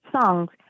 songs